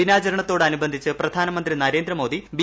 ദിനാചരണത്തോടനുബന്ധിച്ച് പ്രധാനമന്ത്രി നരേന്ദ്രമോദി ബി